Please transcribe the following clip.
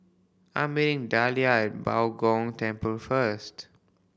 I'm meeting Dahlia at Bao Gong Temple first